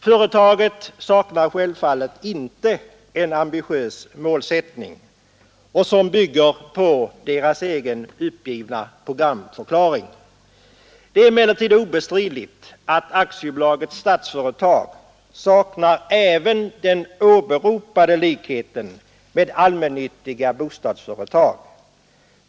Företaget saknar självfallet inte en ambitiös målsättning, som bygger på dess egen programförklaring. Det är emellertid obestridligt att AB Stadsfastigheter saknar även den åberopade likheten med allmännyttiga företag.